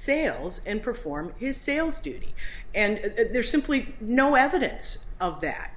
sales and perform his sales duty and there's simply no evidence of that